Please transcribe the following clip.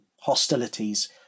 hostilities